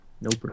Nope